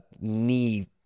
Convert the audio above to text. knee